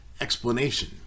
explanation